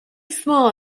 small